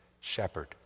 shepherd